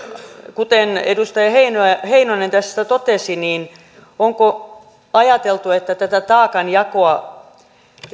kuten edustaja heinonen tässä totesi niin onko ajateltu että tätä taakanjakoa